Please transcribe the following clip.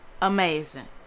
amazing